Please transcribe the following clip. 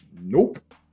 Nope